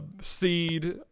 seed